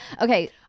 okay